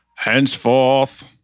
Henceforth